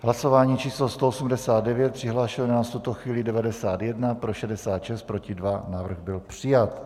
Hlasování číslo 189, přihlášeno je nás v tuto chvíli 91, pro 66, proti 2, návrh byl přijat.